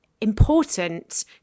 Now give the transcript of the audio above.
important